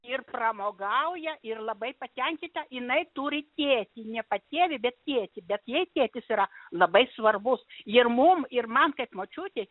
ir pramogauja ir labai patenkinta jinai turi tėtį ne patėvį bet tėtį bet jai tėtis yra labai svarbus ir mum ir man kaip močiutei